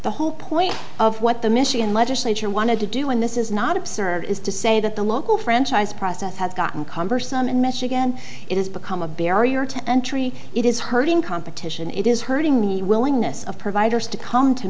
the whole point of what the michigan legislature wanted to do in this is not absurd is to say that the local franchise process has gotten cumbersome in michigan it has become a barrier to entry it is hurting competition it is hurting the willingness of providers to come to